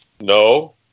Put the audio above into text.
No